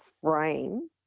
frame